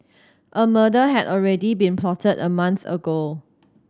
a murder had already been plotted a month ago